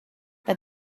but